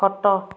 ଖଟ